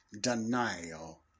denial